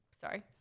sorry